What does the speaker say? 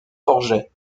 forget